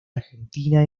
argentina